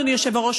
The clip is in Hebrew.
אדוני היושב-ראש,